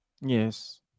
yes